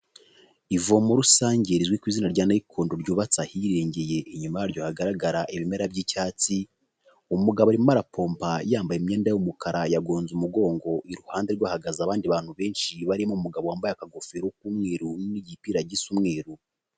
Ivomo rusange rizwi ku izina rya nayikondo ryubatse ahirengeye, inyuma yaryo hagaragara ibimera by'icyatsi, umugabo arimo arapompa, yambaye imyenda y'umukara, yagonze umugongo, iruhande rwe hahagaze abandi bantu benshi, barimo umugabo wambaye akagofero k'umweru, n'igipira gisa umweru.